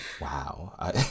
Wow